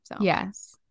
Yes